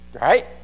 right